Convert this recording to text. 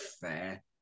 fair